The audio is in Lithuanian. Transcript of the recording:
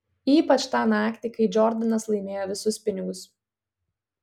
ypač tą naktį kai džordanas laimėjo visus pinigus